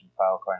Filecoin